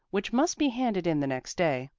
which must be handed in the next day.